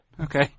Okay